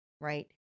right